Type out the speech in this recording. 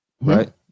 right